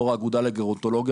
יו״ר האגודה לגרונטולוגיה,